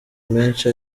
menshi